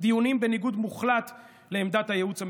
דיונים בניגוד מוחלט לעמדת הייעוץ המשפטי,